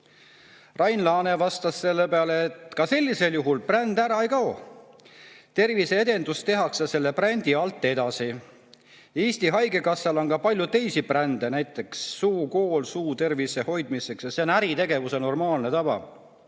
Rain Laane vastas selle peale, et ka sellisel juhul bränd ära ei kao. Terviseedendust tehakse selle brändi all edasi. Eesti Haigekassal on ka palju teisi brände, näiteks Suukool suutervise hoidmiseks. See on äritegevuses normaalne tava.